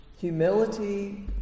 Humility